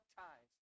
ties